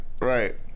right